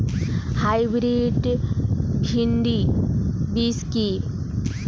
Hybrid ভীন্ডি বীজ কি?